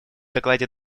докладе